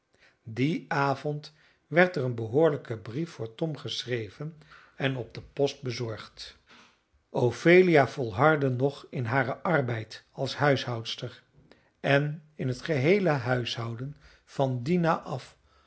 dien avond werd er een behoorlijke brief voor tom geschreven en op de post bezorgd ophelia volhardde nog in haren arbeid als huishoudster en in het geheele huishouden van dina af